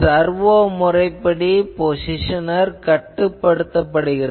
servo வழிமுறைப்படி positioner கட்டுப்படுத்தப்படுகிறது